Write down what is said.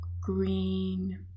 green